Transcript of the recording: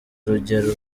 urugero